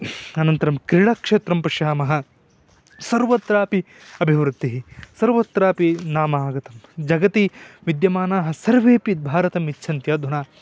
अनन्तरं क्रीडाक्षेत्रं पश्यामः सर्वत्रापि अभिवृद्धिः सर्वत्रापि नाम आगतं जगति विद्यमानाः सर्वेपि भारतमिच्छन्ति अधुना